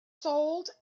sold